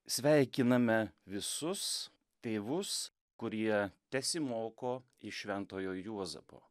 sveikiname visus tėvus kurie tesimoko iš šventojo juozapo